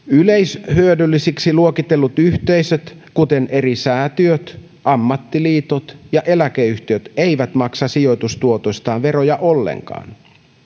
yleishyödyllisiksi luokitellut yhteisöt kuten eri säätiöt ammattiliitot ja eläkeyhtiöt eivät maksa sijoitustuotoistaan veroja ollenkaan